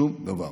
שום דבר.